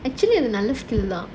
actually an~ another skill lah